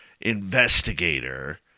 investigator